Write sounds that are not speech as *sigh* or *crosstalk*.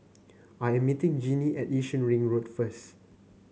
*noise* I am meeting Jeanie at Yishun Ring Road first